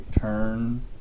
turn